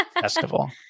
festival